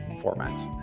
format